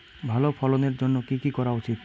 ভালো ফলনের জন্য কি কি করা উচিৎ?